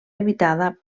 habitada